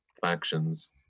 factions